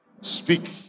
Speak